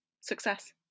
success